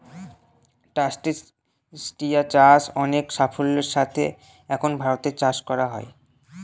ট্রাস্টেসিয়া চাষ অনেক সাফল্যের সাথে এখন ভারতে করা হয়